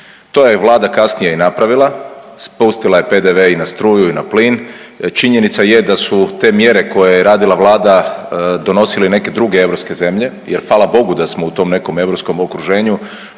To je Vlada kasnije i napravila, spustila je PDV i na struju i na plin. Činjenica je da su te mjere koje je radila Vlada donosile i neke druge europske zemlje jel fala Bogu da smo u tom nekom europskom okruženju